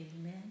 amen